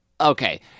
Okay